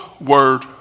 word